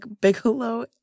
bigelow